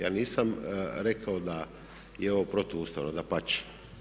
Ja nisam rekao da je ovo protuustavno, dapače.